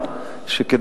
כדי